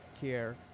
care